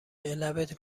لبت